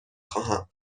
خواهم